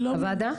הוועדה.